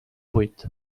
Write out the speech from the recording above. buit